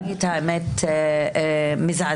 את האמת זה מזעזע.